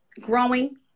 growing